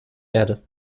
erde